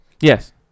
yes